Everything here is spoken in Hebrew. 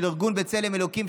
ארגון בצלם אלוקים,